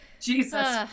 Jesus